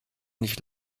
nicht